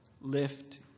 lift